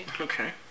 Okay